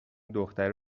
دختره